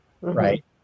Right